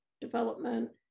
development